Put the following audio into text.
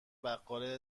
بقال